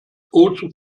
also